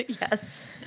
Yes